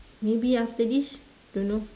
maybe after this don't know